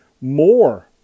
more